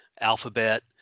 alphabet